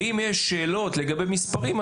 ואם יש שאלות לגבי מספרים,